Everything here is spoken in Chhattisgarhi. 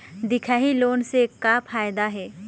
दिखाही लोन से का फायदा हे?